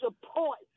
support